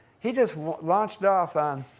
he just launched off on,